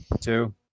two